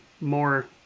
more